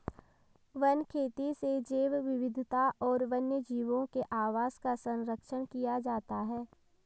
one खेती से जैव विविधता और वन्यजीवों के आवास का सरंक्षण किया जाता है